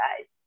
guys